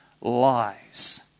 lies